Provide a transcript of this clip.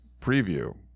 preview